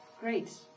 Great